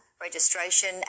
registration